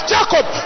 Jacob